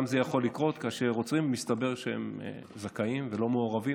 גם זה יכול לקרות שעוצרים ומסתבר שהם זכאים ולא מעורבים,